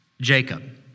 Jacob